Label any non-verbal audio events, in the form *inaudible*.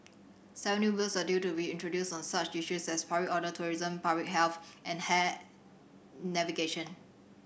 seven new Bills are due to be introduced on such issues as public order tourism public health and *unintelligible* navigation